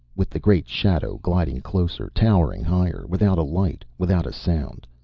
with the great shadow gliding closer, towering higher, without a light, without a sound.